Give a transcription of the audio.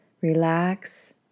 relax